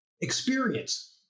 Experience